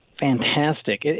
fantastic